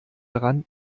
daran